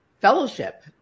fellowship